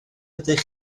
ydych